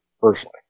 personally